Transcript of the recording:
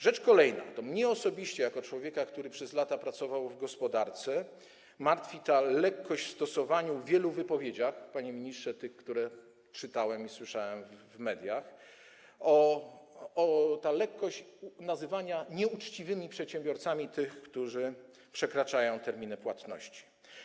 Rzecz kolejna: mnie osobiście jako człowieka, który przez lata pracował w gospodarce, martwi w wielu wypowiedziach, panie ministrze, tych, które czytałem i słyszałem w mediach, lekkość nazywania nieuczciwymi przedsiębiorcami tych, którzy przekraczają terminy płatności.